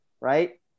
Right